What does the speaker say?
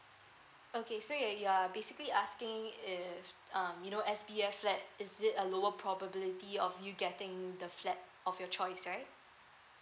okay so you you are basically asking if um you know S_B_F flat is it a lower probability of you getting the flat of your choice right